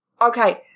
Okay